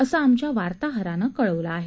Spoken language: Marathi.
असं आमच्या वार्ताहरानं कळवलं आहे